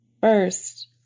First